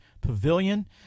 pavilion